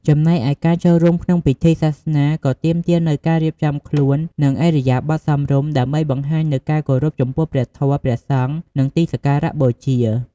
ចំណែកឯ ការចូលរួមក្នុងពិធីសាសនា ក៏ទាមទារនូវការរៀបចំខ្លួន និងឥរិយាបថសមរម្យ ដើម្បីបង្ហាញនូវការគោរពចំពោះព្រះធម៌ ព្រះសង្ឃ និងទីសក្ការៈបូជា។